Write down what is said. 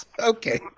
Okay